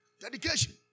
Dedication